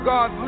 God